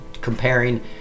comparing